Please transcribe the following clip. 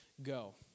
go